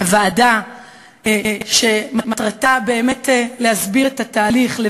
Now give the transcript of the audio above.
הוועדה שמטרתה באמת להסביר את התהליך,